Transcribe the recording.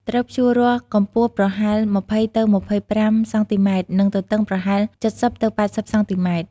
ត្រូវភ្ជួររាស់កម្ពស់ប្រហែល ២០ទៅ២៥ សង់ទីម៉ែត្រ និងទទឹងប្រហែល ៧០ទៅ៨០ សង់ទីម៉ែត្រ។